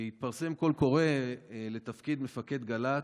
התפרסם קול קורא לתפקיד מפקד גל"צ,